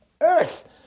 earth